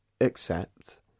accept